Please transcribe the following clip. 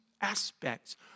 aspects